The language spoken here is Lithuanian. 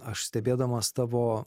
aš stebėdamas tavo